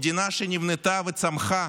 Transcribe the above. מדינה שנבנתה וצמחה